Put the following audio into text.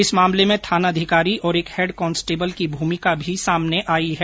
इस मामले में थानाधिकारी और एक हेड कांस्टेबल की भूमिका भी सामने आई है